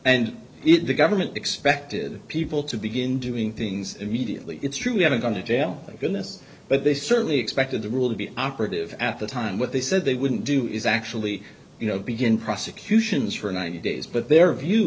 and the government expected people to begin doing things immediately it's true they haven't gone to jail for goodness but they certainly expected the rule to be operative at the time what they said they wouldn't do is actually you know begin prosecutions for ninety days but their view